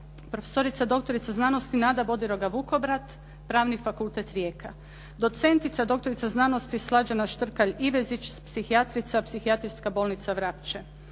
Profesorica doktorica znanosti Nada Bodiroga Vukobrat, Pravni fakultet Rijeka. Docentica doktorica znanosti Slađana Štrkalj Ivezić, psihijatrica, Psihijatrijska bolnica Vrapče.